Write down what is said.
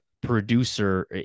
producer